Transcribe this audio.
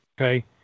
Okay